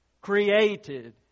created